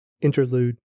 Interlude